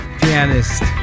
pianist